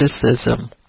criticism